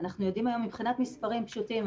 אנחנו יודעים היום מבחינת מספרים פשוטים.